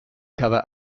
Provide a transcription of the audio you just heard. cover